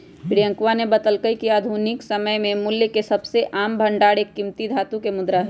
प्रियंकवा ने बतल्ल कय कि आधुनिक समय में मूल्य के सबसे आम भंडार एक कीमती धातु के मुद्रा हई